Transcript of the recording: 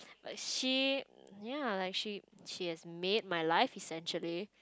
like she ya like she she has made my life essentially